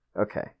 Okay